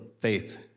faith